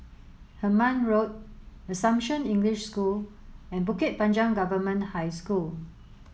Hemmant Road Assumption English School and Bukit Panjang Government High School